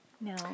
no